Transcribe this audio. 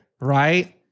right